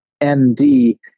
MD